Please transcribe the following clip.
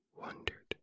wondered